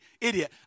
idiot